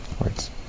Words